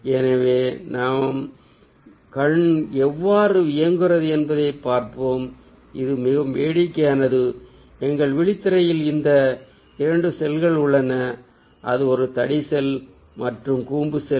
எனவே நம் கண் எவ்வாறு இயங்குகிறது என்பதைப் பார்ப்போம் இது மிகவும் வேடிக்கையானது எங்கள் விழித்திரையில் இந்த இரண்டு செல்கள் உள்ளன அது ஒரு தடி செல் மற்றும் கூம்பு செல்